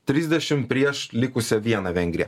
trisdešim prieš likusią vieną vengriją